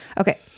Okay